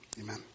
Amen